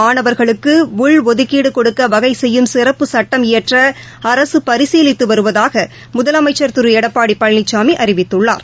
மாணவர்களுக்குஉள்ஒதுக்கீடுகொடுக்கவகைசெய்யும் சிறப்பு சுட்டம் இயற்றஅரசுபரிசீலித்துவருவதாகமுதலமைச்சர் திருஎடப்பாடிபழனிசாமிஅறிவித்துள்ளார்